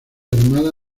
armada